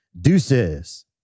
deuces